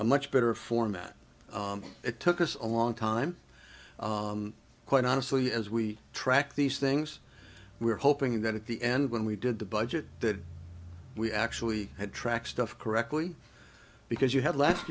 a much better format it took us a long time quite honestly as we track these things we're hoping that at the end when we did the budget that we actually had track stuff correctly because you had last